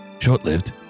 Short-lived